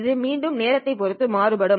இது மீண்டும் நேரத்தைப் பொறுத்து மாறுபடும்